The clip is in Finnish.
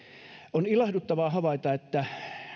on ilahduttavaa havaita että